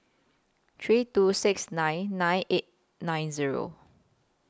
three two six nine nine eight nine Zero